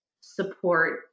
support